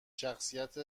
شخصیت